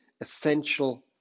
essential